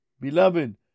Beloved